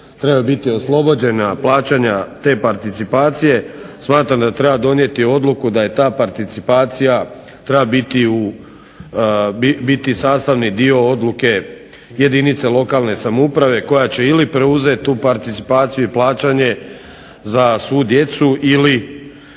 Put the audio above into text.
trebaju biti oslobođena plaćanja te participacije smatram da treba donijeti odluku da je ta participacija treba biti sastavni dio odluke jedinice lokalne samouprave koja će ili preuzeti tu participaciju i plaćanje za svu djecu ili